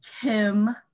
Kim